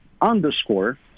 underscore